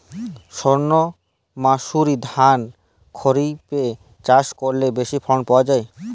সর্ণমাসুরি ধান খরিপে চাষ করলে বেশি ফলন পাওয়া যায়?